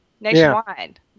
nationwide